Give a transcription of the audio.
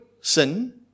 sin